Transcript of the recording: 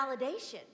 validation